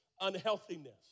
unhealthiness